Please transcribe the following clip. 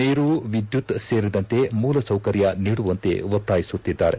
ನೀರು ವಿದ್ಯುತ್ ಸೇರಿದಂತೆ ಮೂಲ ಸೌಕರ್ಯ ನೀಡುವಂತೆ ಒತ್ತಾಯಿಸುತ್ತಿದ್ದಾರೆ